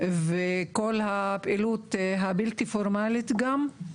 כל הפעילות הבלתי פורמלית גם,